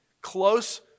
close